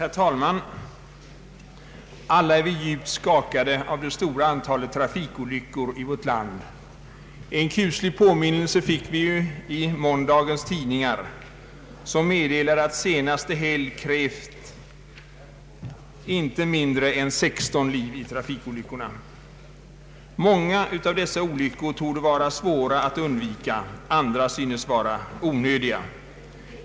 Herr talman! Alla är vi djupt skakade av det stora antalet trafikolyckor i vårt land. En kuslig påminnelse fick vi i måndagens tidningar, som meddelade att senaste helg krävt inte mindre än 16 liv i trafikolyckor. Många av dessa torde vara svåra att undvika, andra synes vara onödiga.